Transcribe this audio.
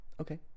okay